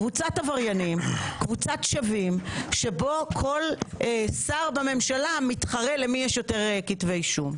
קבוצת עבריינים כאשר כל שר בממשלה מתחרה למי יש יותר כתבי אישום.